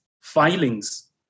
filings